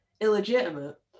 illegitimate